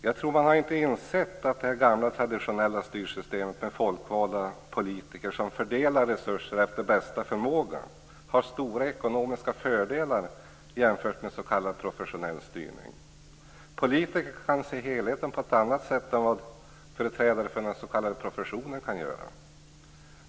Jag tror inte att man har insett att det traditionella gamla styrsystemet med folkvalda politiker som fördelar resurser efter bästa förmåga har stora ekonomiska fördelar jämfört med s.k. professionell styrning. Politiker kan se helheten på ett annat sätt än vad företrädare för den s.k. professionen kan göra.